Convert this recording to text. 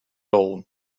old